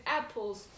apples